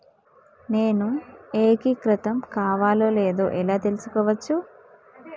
నేను ఏకీకృతం కావాలో లేదో ఎలా తెలుసుకోవచ్చు?